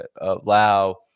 allow